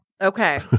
Okay